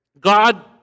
God